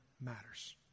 matters